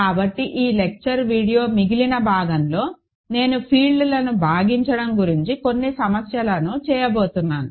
కాబట్టి ఈ lecture video మిగిలిన భాగంలో నేను ఫీల్డ్లను భాగించడం గురించి కొన్ని సమస్యలను చేయబోతున్నాను